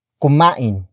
kumain